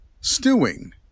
stewing